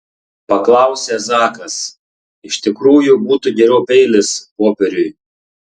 paklausė zakas iš tikrųjų būtų geriau peilis popieriui